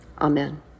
Amen